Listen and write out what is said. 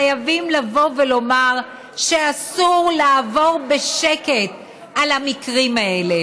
חייבים לבוא ולומר שאסור לעבור בשקט על המקרים האלה.